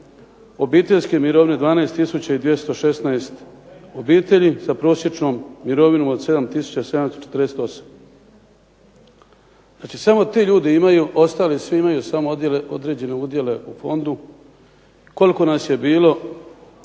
obiteljske mirovine 12216 obitelji sa prosječnom mirovinom od 7748. Znači samo ti ljudi imaju, ostali svi imaju samo određene udjele u fondu. Koliko nas je bilo,